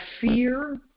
fear